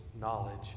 knowledge